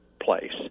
place